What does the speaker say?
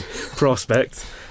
prospect